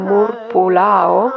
Murpulao